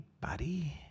buddy